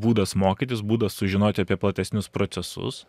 būdas mokytis būdas sužinoti apie platesnius procesus